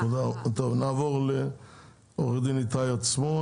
טוב תודה, נעבור לעורך הדין איתי עצמון.